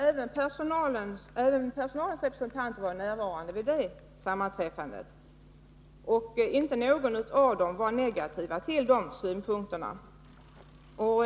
Även personalens representanter var närvarande vid det sammanträffandet, och ingen av dem var negativ till de synpunkterna.